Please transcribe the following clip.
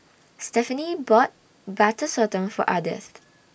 Stephenie bought Butter Sotong For Ardeth